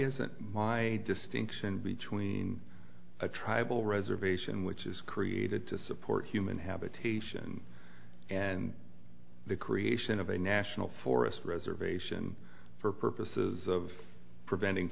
isn't my distinction between a tribal reservation which is created to support human habitation and the creation of a national forest reservation for purposes of preventing